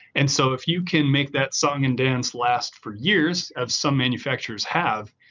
and so if you can make that song and dance last four years of some manufacturers have,